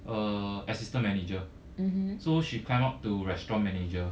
uh assistant manager so she climb up to restaurant manager